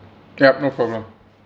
yup no problem